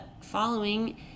following